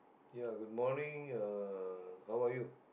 ya good morning uh how are you